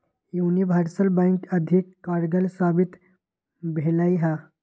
universal bank अधिक कारगर साबित भेलइ ह